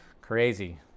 crazy